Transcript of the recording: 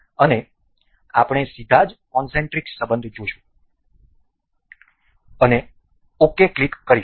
અને આપણે સીધા જ કોનસેન્ટ્રિક સંબંધ જોશું અને ok ક્લિક કરીશું